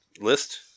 list